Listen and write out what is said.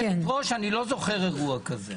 לא זוכר אירוע כזה.